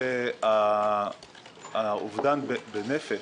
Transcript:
מבחינה חוקית?